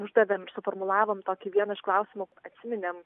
uždavėm suformulavom tokį vieną iš klausimų atsiminėm